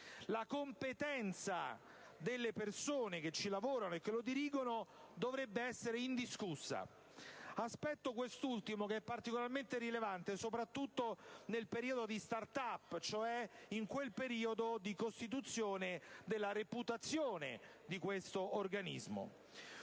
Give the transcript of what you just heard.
La competenza delle persone che ci lavorano e che lo dirigono dovrebbe essere indiscussa (aspetto quest'ultimo, che è particolarmente rilevante soprattutto nel periodo di *start up*, cioè di costituzione della reputazione di questo organismo).